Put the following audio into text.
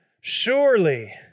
Surely